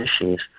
issues